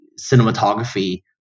cinematography